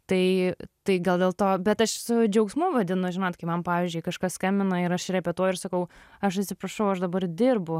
tai tai gal dėl to bet aš su džiaugsmu vaidinu žinot kai man pavyzdžiui kažkas skambina ir aš repetuoju ir sakau aš atsiprašau aš dabar dirbu